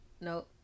no